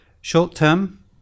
short-term